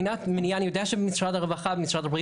אני יודע שמשרד הרווחה ומשרד הבריאות